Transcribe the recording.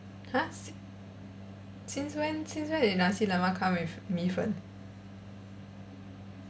!huh! si~ since when since when did nasi lemak come with 米粉